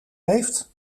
heeft